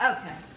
Okay